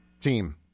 team